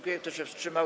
Kto się wstrzymał?